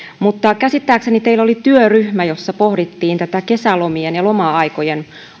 käsittääkseni teillä oli työryhmä jossa pohdittiin tätä kesälomien ja loma aikojen